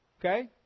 Okay